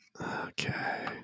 Okay